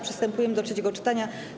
Przystępujemy do trzeciego czytania.